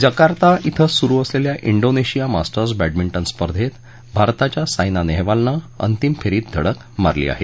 Jakarta श्वे सुरू असलेल्या डोनेशिया मास्टर्स बॅडमिंटन स्पर्धेत भारताच्या सायना नेहवालनं अंतिम फेरीत धडक मारली आहे